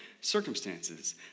circumstances